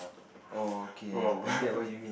oh okay ah I get what you mean